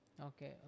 Okay